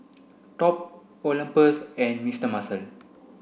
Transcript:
Top Olympus and Mister Muscle